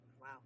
Wow